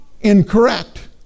incorrect